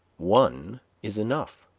one is enough.